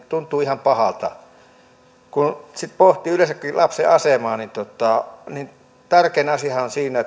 tuntuu ihan pahalta kun pohtii yleensäkin lapsen asemaa niin tärkein asiahan siinä